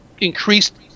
increased